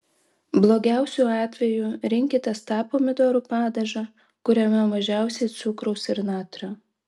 blogiausiu atveju rinkitės tą pomidorų padažą kuriame mažiausiai cukraus ir natrio